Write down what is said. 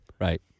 right